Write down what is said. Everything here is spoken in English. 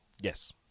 Yes